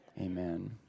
Amen